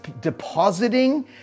depositing